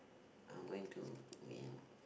I am going to win